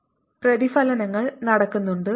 കാരണം ധാരാളം പ്രതിഫലനങ്ങൾ നടക്കുന്നുണ്ട്